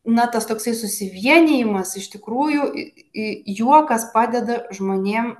na tas toksai susivienijimas iš tikrųjų juokas padeda žmonėm